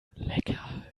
lecker